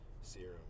serum